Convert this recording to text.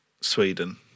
Sweden